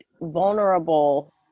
vulnerable